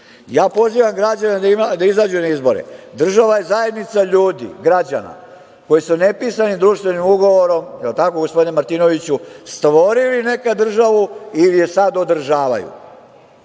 Đukanović. Pozivam građane da izađu na izbore. Država je zajednica ljudi, građana koji su nepisanim društvenim ugovorom, je li tako, gospodine Martinoviću, stvorili nekad državu ili je sad održavaju.